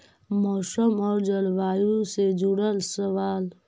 मौसम और जलवायु से जुड़ल सवाल?